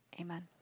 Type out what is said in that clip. amen